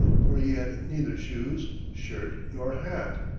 for he had neither shoes, shirt, nor hat.